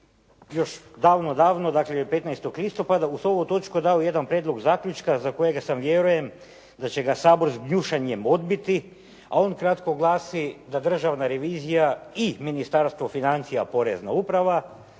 još davno davno, 15. listopada uz ovu točku dao jedan prijedlog zaključka za kojega vjerujem da će ga Sabor s gnušanjem odbiti, a on kratko glasi, da Državna revizija i Ministarstvo financija, Porezna uprava